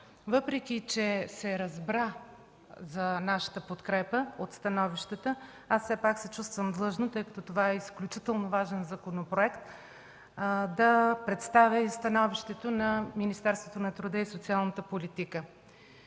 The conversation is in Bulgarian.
Въпреки че се разбра за нашата подкрепа от становищата, все пак се чувствам длъжна, тъй като това е изключително важен законопроект, да представя и становището на Министерството на труда и социалната политика.